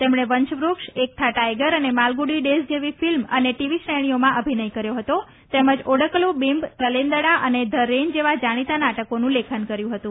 તેમણે વંશ વૃક્ષ એક થા ટાયગર અને માલગુડી ડેઝ જેવી ફિલ્મ અને ટીવી શ્રેણીઓમાં અભિનય કર્યો હતો તેમજ ઓડકલ્ બિમ્બ તલેદંડા અને ધ રેન જેવા જાણિતા નાટકોનું લેખન કર્યું હતું